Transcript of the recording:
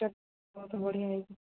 ବହୁତ୍ ବଢ଼ିଆ ହେଇଛି